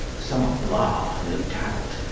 some of them are, no doubt,